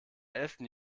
elften